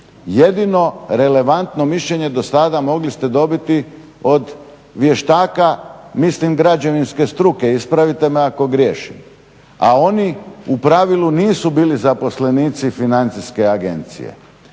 jedino relevantno mišljenje do sada mogli ste dobiti od vještaka, mislim građevinske struke, ispravite me ako griješim. A oni u pravilu nisu bili zaposlenici Financijske agencije.